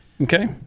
okay